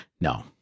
No